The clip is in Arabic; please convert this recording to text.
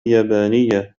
يابانية